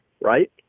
right